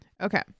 Okay